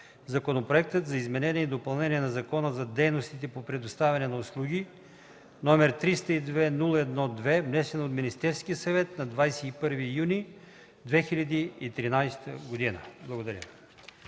Законопроект за изменение и допълнение на Закона за дейностите по предоставяне на услуги, № 302-01-2, внесен от Министерския съвет на 21 юни 2013 г.” Благодаря.